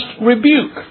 rebuke